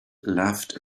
laughed